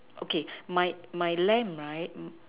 okay my my length right